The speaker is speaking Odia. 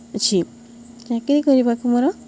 ଅଛି ଚାକିରି କରିବାକୁ ମୋର